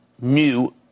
new